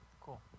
Cool